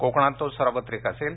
कोकणात तो सार्वत्रिक असेल